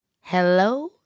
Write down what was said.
Hello